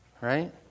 right